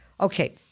Okay